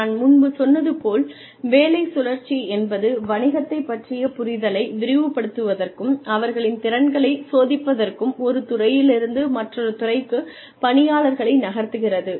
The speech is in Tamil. நான் முன்பு சொன்னது போல் வேலை சுழற்சி என்பது வணிகத்தைப் பற்றிய புரிதலை விரிவுபடுத்துவதற்கும் அவர்களின் திறன்களை சோதிப்பதற்கும் ஒரு துறையிலிருந்து மற்றொரு துறைக்கு பணியாளர்களை நகர்த்துகிறது